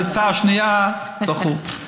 ואת ההצעה השנייה דחו.